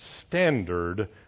standard